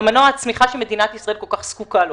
מנוע הצמיחה שמדינת ישראל כל כך זקוקה לו.